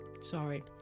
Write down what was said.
Sorry